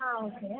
ಹಾಂ ಓಕೆ